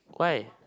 why